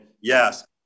yes